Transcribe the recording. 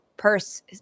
Purse